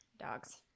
Dogs